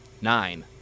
nine